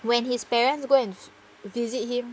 when his parents go and visit him